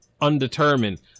undetermined